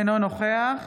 אינו נוכח